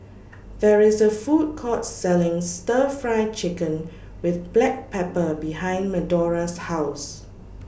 There IS A Food Court Selling Stir Fry Chicken with Black Pepper behind Medora's House